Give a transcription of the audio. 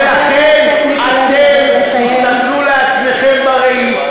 ולכן, תסתכלו בעצמכם בראי.